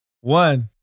One